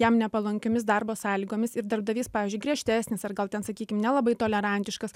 jam nepalankiomis darbo sąlygomis ir darbdavys pavyzdžiui griežtesnis ar gal ten sakykim nelabai tolerantiškas